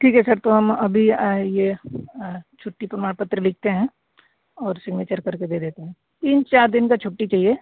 ठीक है सर तो हम अभी ये छुट्टी प्रमाण पत्र लिखते हैं और सिग्नेचर कर के दे देते हैं तीन चार दिन की छुट्टी चाहिए